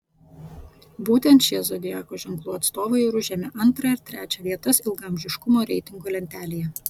būtent šie zodiako ženklų atstovai ir užėmė antrą ir trečią vietas ilgaamžiškumo reitingo lentelėje